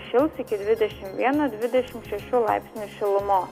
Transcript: šils iki dvidešimt vieno dvidešimt šešių laipsnių šilumos